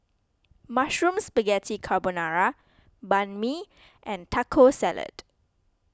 Mushroom Spaghetti Carbonara Banh Mi and Taco Salad